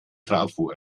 trafo